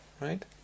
right